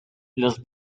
los